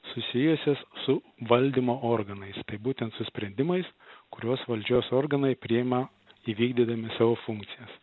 susijusias su valdymo organais tai būtent su sprendimais kuriuos valdžios organai priima įvykdydami savo funkcijas